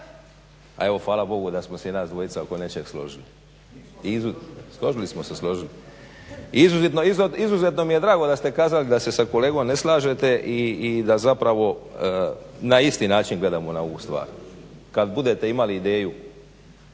evo hvala Bogu da smo se i nas dvojica oko nečeg složili. Izuzetno mi je drago da ste kazali da se sa kolegom ne slažete i da zapravo na isti način gledamo na ovu stvar. Kad budete imali ideju